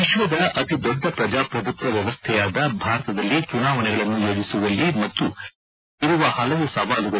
ವಿಶ್ವದ ಅತಿದೊಡ್ಡ ಪ್ರಜಾಪ್ರಭುತ್ವ ವ್ಯವಸ್ಥೆಯಾದ ಭಾರತದಲ್ಲಿ ಚುನಾವಣೆಗಳನ್ನು ಯೋಜಿಸುವಲ್ಲಿ ಮತ್ತು ನಡೆಸುವಲ್ಲಿ ಇರುವ ಹಲವು ಸವಾಲುಗಳು